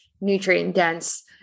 nutrient-dense